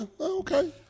Okay